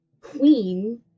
queen